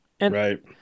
Right